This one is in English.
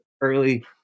early